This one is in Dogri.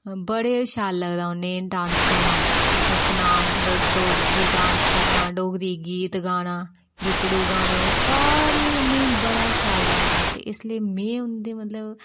बड़ा शैल लगदा उ'नें गी डांस करना नच्चना मतलव डोगरी डांस करना डोगरी गीत गाना गितडु गाने सारें उ'नेंगी बड़ा शैल लगदा इसलेई मे उं'दे मतलव